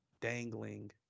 dangling